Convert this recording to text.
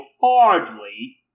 hardly